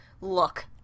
look